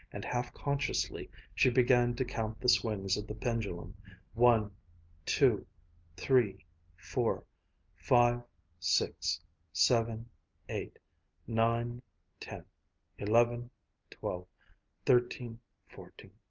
and half-consciously she began to count the swings of the pendulum one two three four five six seven eight nine ten eleven twelve thirteen fourteen